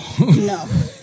No